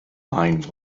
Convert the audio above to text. nine